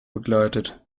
begleitet